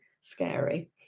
scary